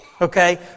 okay